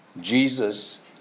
Jesus